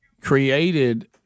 created